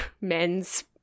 men's